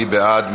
מי בעד?